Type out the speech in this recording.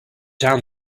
down